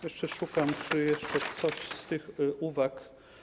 Jeszcze szukam, czy jeszcze coś z tych uwag.